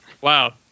Wow